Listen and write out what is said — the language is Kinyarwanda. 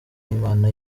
imana